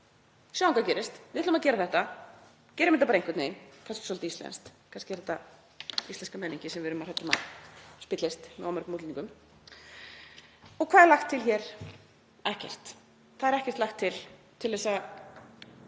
Sjáum hvað gerist, við ætlum að gera þetta og gerum það bara einhvern veginn. Þetta er kannski svolítið íslenskt. Kannski er þetta íslenska menningin sem við erum svo hrædd um að spillist með of mörgum útlendingum. Og hvað er lagt til hér? Ekkert. Það er ekkert lagt til til að